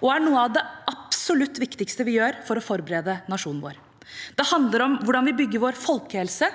og er noe av det absolutt viktigste vi gjør for å forberede nasjonen vår. Det handler om hvordan vi bygger vår folkehelse,